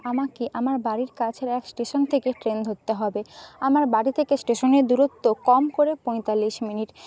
আমাকে আমার বাড়ির কাছের এক স্টেশন থেকে ট্রেন ধরতে হবে আমার বাড়ি থেকে স্টেশনের দূরত্ব কম করে পঁয়তাল্লিশ মিনিট